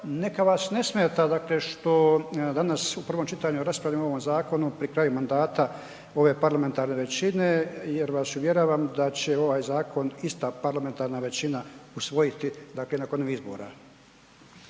neka vas ne smeta dakle što danas u prvom čitanju raspravljamo o ovome zakonu pri kraju mandata ove parlamentarne većine jer vas uvjeravam da će ovaj zakon ista parlamentarna većina usvojiti dakle nakon